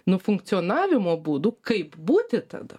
nu funkcionavimo būdų kaip būti tada